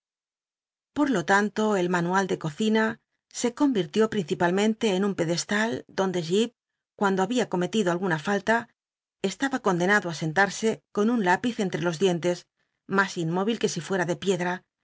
por lo tanto el manual de cocina se convirtió principalmcnle en un pedesta l donde jip cuando había cometido alguna falta estaba condenado ít scntar sc con un lápiz entre los dientes mas inmóvil que si fuera de piedra